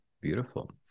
beautiful